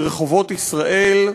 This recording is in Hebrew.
ברחובות ישראל,